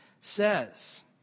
says